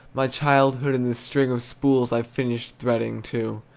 my childhood, and the string of spools i've finished threading too.